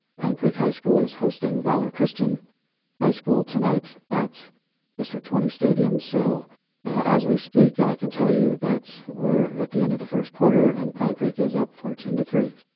pine creek high school is hosting valor christian high school tonight at district twenty stadium. so as we speak and i can tell you that we're at the end of the first quarter and pine creek is up fourteen to three.